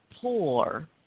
poor